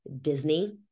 Disney